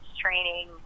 training